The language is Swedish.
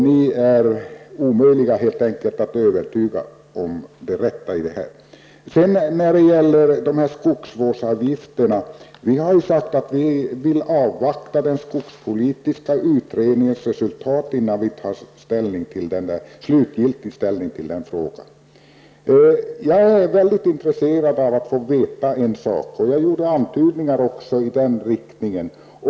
Ni är helt enkelt omöjliga att övertyga om det rätta i detta förslag. När det sedan gäller skogsvårdsavgifterna vill vi avvakta den skogspolitiska utredningens resultat innan vi tar slutgiltig ställning till den frågan. Jag är mycket intresserad av att få veta en sak, och jag har också gjort antydningar i den riktningen.